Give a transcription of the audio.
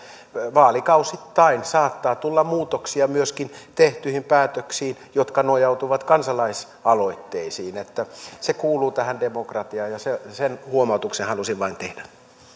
vaalikausittain saattaa tulla muutoksia myöskin tehtyihin päätöksiin jotka nojautuvat kansalaisaloitteisiin se kuuluu demokratiaan ja sen huomautuksen halusin vain tehdä